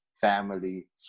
family